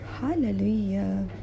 Hallelujah